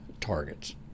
targets